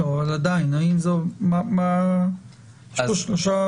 אבל עדיין, יש פה שלושה